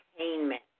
entertainment